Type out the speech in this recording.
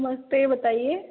नमस्ते बताइए